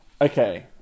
Okay